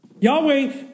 Yahweh